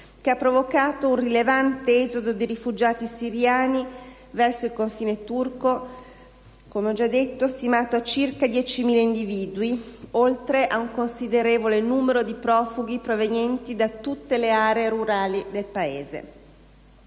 che ha provocato un rilevante esodo di rifugiati siriani verso il confine turco, stimato in circa 10.000 individui, oltre ad un considerevole numero di profughi provenienti da tutte le zone rurali del Paese.